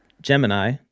Gemini